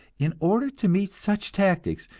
in order to meet such tactics,